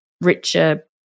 richer